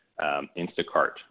Instacart